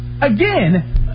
again